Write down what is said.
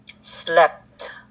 slept